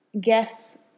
guess